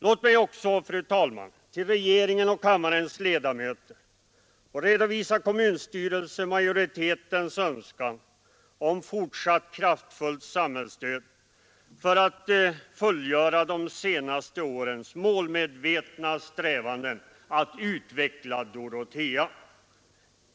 Låt mig också, fru talman, till regeringen och kammarens ledamöter få redovisa kommunstyrelsens majoritets önskan om fortsatt kraftfullt samhällsstöd för att fullgöra de senaste årens målmedvetna strävanden att utveckla Dorotea.